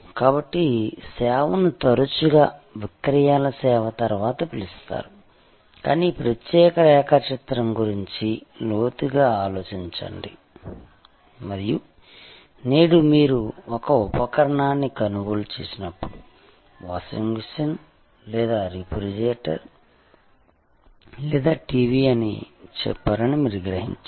కాబట్టి సేవను తరచుగా విక్రయాల సేవ తర్వాత పిలుస్తారు కానీ ఈ ప్రత్యేక రేఖాచిత్రం గురించి లోతుగా ఆలోచించండి మరియు నేడు మీరు ఒక ఉపకరణాన్ని కొనుగోలు చేసినప్పుడు వాషింగ్ మెషిన్ లేదా రిఫ్రిజిరేటర్ లేదా టీవీ అని చెప్పారని మీరు గ్రహించారు